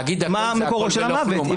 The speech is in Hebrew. להגיד הכול, זה הכול ולא כלום.